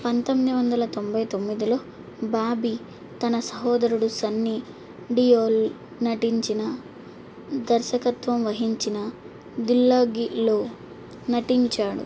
పంతొమ్మిది వందల తొంభై తొమ్మిదిలో బాబీ తన సహోదరుడు సన్నీ డియోల్ నటించిన దర్శకత్వం వహించిన దిల్లగిలో నటించాడు